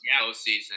postseason